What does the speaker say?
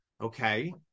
Okay